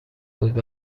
بود